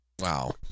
Wow